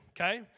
okay